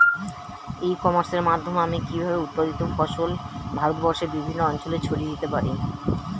ই কমার্সের মাধ্যমে আমি কিভাবে উৎপাদিত ফসল ভারতবর্ষে বিভিন্ন অঞ্চলে ছড়িয়ে দিতে পারো?